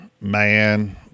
Man